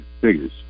figures